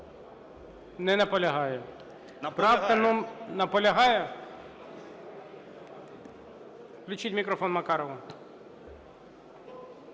Не наполягає. Наполягає. Включіть мікрофон Макарову.